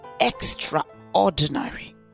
extraordinary